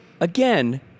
Again